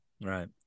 Right